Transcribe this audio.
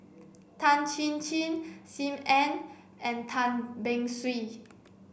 Tan Chin Chin Sim Ann and Tan Beng Swee